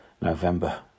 November